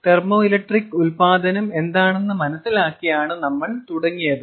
thermoelectric ഉൽപ്പാദനം എന്താണെന്ന് മനസ്സിലാക്കിയാണ് നമ്മൾ തുടങ്ങിയത്